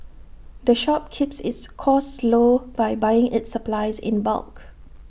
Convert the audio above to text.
the shop keeps its costs low by buying its supplies in bulk